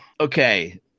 Okay